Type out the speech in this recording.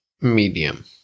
medium